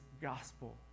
gospel